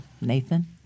Nathan